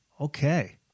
Okay